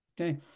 Okay